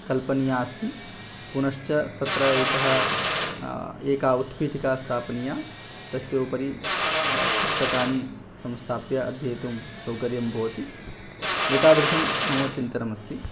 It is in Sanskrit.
कल्पनीया अस्ति पुनश्च तत्र एकः एका उत्पीठिका स्थापनीया तस्य उपरि पुस्तकानि संस्थाप्य अध्येतुं सौकर्यं भवति एतादृशं मम चिन्तम् अस्ति